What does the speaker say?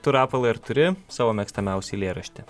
tu rapolai ar turi savo mėgstamiausią eilėraštį